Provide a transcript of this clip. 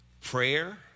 Prayer